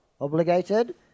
Obligated